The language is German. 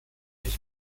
ich